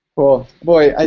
well, boy,